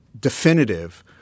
definitive